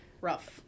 rough